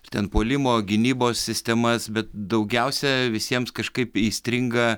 ir ten puolimo gynybos sistemas bet daugiausia visiems kažkaip įstringa